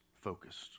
focused